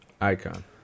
Icon